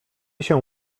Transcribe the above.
się